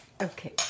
Okay